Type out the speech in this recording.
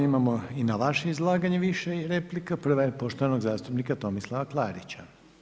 Imamo i na vaše izlaganje više replika, prva je poštovanog zastupnika Tomislava Klarića.